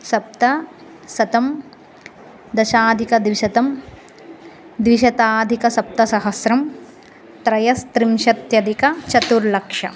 सप्त शतं दशाधिकद्विशतं द्विशताधिकसप्तसहस्रं त्रयस्त्रिंशत्यदिकचतुर्लक्षं